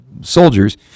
soldiers